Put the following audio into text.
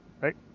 right